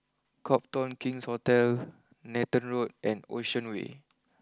Copthorne King's Hotel Nathan Road and Ocean way